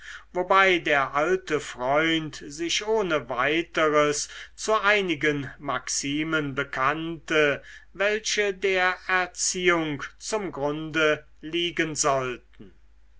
wobei der alte freund sich ohne weiteres zu einigen maximen bekannte welche der erziehung zum grunde liegen sollten